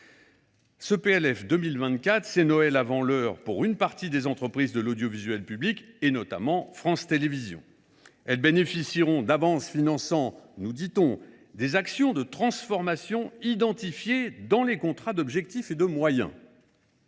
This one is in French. Ce PLF 2024, c’est Noël avant l’heure pour une partie des entreprises de l’audiovisuel public, notamment pour France Télévisions. Celles ci bénéficieront d’avances finançant, nous dit on, des « actions de transformation » identifiées dans les contrats d’objectifs et de moyens